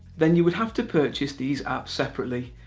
then you would have to purchase these apps separately,